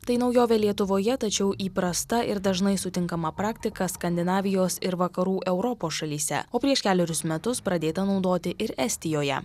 tai naujovė lietuvoje tačiau įprasta ir dažnai sutinkama praktika skandinavijos ir vakarų europos šalyse o prieš kelerius metus pradėta naudoti ir estijoje